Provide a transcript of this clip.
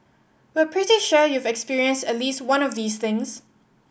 we're pretty sure you've experienced at least one of these things